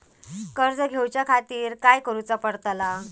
कर्ज घेऊच्या खातीर काय करुचा पडतला?